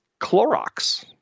Clorox